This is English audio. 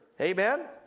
Amen